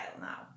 now